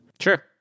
Sure